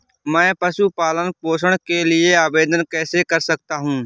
मैं पशु पालन पोषण के लिए आवेदन कैसे कर सकता हूँ?